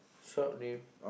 shop name